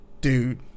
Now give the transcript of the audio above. dude